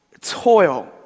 toil